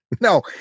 No